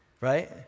Right